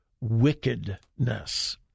Wickedness